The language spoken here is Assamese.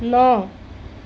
ন